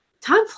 time